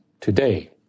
today